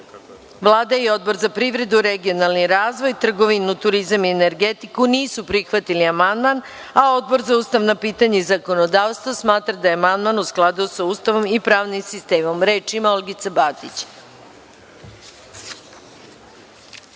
Batić. Vlada i Odbor za privredu, regionalni razvoj, trgovinu, turizam i energetiku nisu prihvatili amandman, a Odbor za ustavna pitanja i zakonodavstvo smatra da je amandman u skladu sa Ustavom i pravnim sistemom. Reč ima Olgica Batić.